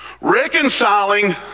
reconciling